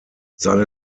seine